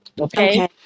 Okay